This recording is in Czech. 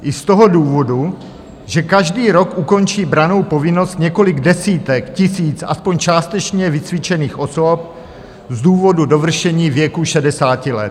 I z toho důvodu, že každý rok ukončí brannou povinnost několik desítek tisíc aspoň částečně vycvičených osob z důvodu dovršení věku 60 let.